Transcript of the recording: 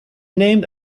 named